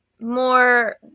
more